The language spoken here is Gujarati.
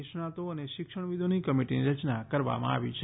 નિષ્ણાંતો અને શિક્ષણાવિદોની કમિટીની રચના કરવામાં આવી છે